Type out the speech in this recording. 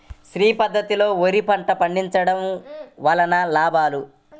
శ్రీ పద్ధతిలో వరి పంట పండించడం వలన లాభాలు?